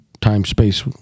time-space